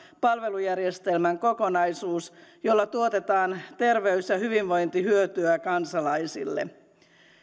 palvelujärjestelmän kokonaisuus jolla tuotetaan terveys ja hyvinvointihyötyä kansalaisille